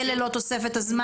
וללא תוספת הזמן?